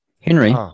Henry